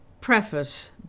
Preface